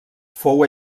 fou